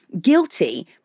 guilty